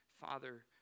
Father